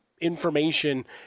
information